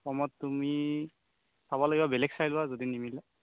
কমত তুমি চাব লাগিব বেলেগ চাই লোৱা যদি নিমিলে